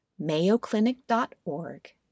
mayoclinic.org